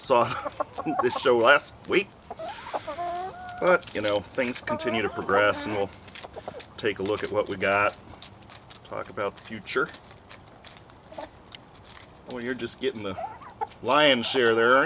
saw the show last week but you know things continue to progress and we'll take a look at what we've got to talk about the future we're just getting the lion's share their